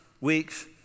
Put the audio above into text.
weeks